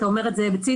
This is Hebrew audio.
אתה אומר את זה בציניות,